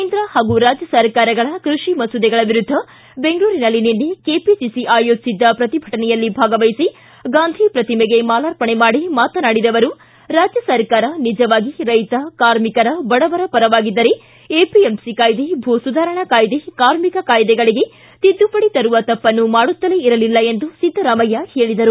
ಕೇಂದ್ರ ಹಾಗೂ ರಾಜ್ಯ ಸರ್ಕಾರಗಳ ಕೃಷಿ ಮಸೂದೆಗಳ ವಿರುದ್ದ ಬೆಂಗಳೂರಿನಲ್ಲಿ ನಿನ್ನೆ ಕೆಪಿಸಿಸಿ ಆಯೋಜಿಸಿದ್ದ ಪ್ರತಿಭಟನೆಯಲ್ಲಿ ಭಾಗವಹಿಸಿ ಗಾಂಧಿ ಪ್ರತಿಮೆಗೆ ಮಾಲಾರ್ಪಣೆ ಮಾಡಿ ಮಾತನಾಡಿದ ಅವರು ರಾಜ್ಯ ಸರ್ಕಾರ ನಿಜವಾಗಿ ರೈತ ಕಾರ್ಮಿಕರ ಬಡವರ ಪರವಾಗಿದ್ದರೆ ಎಪಿಎಂಸಿ ಕಾಯಿದೆ ಭೂ ಸುಧಾರಣಾ ಕಾಯಿದೆ ಕಾರ್ಮಿಕ ಕಾಯ್ದೆಗಳಿಗೆ ತಿದ್ದುಪಡಿ ತರುವ ತಪ್ಪನ್ನು ಮಾಡುತ್ತಲೇ ಇರಲಿಲ್ಲ ಎಂದು ಸಿದ್ದರಾಮಯ್ಯ ಹೇಳಿದರು